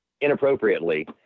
inappropriately